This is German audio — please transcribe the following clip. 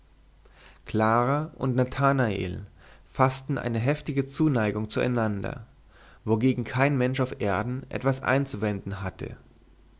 clara und nathanael faßten eine heftige zuneigung zueinander wogegen kein mensch auf erden etwas einzuwenden hatte